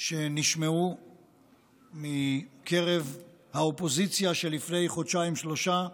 שנשמעו מקרב האופוזיציה של לפני חודשיים-שלושה,